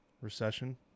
recession